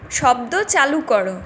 শব্দ চালু করো